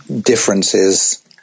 differences